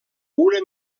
una